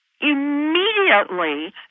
immediately